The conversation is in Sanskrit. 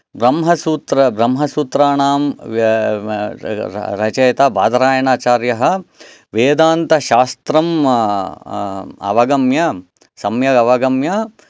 ब्रह्मसूत्र ब्रह्मसूत्राणां रचयिता बादरायणाचार्यः वेदान्तशास्त्रम् अवगम्य सम्यगवगम्य